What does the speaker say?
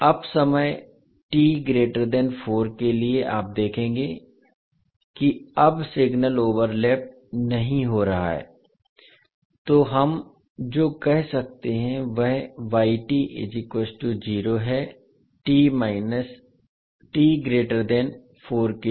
अब समय के लिए आप देखेंगे कि अब सिग्नल ओवरलैप नहीं हो रहा है तो हम जो कह सकते हैं वह है के लिए